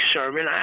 Sermon